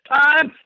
time